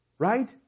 Right